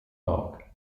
mag